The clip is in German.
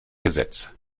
gesetz